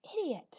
idiot